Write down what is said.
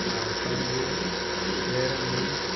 हा असांजे शहर में